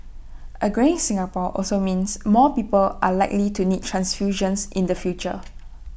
A greying Singapore also means more people are likely to need transfusions in the future